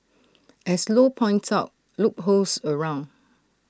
as low points out loopholes around